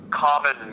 common